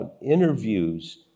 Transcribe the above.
interviews